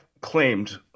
claimed